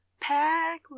pack